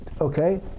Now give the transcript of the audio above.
okay